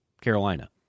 Carolina